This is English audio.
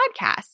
podcast